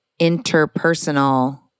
interpersonal